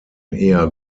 eher